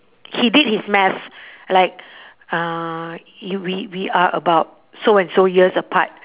he did his math like uh you we we are about so and so years apart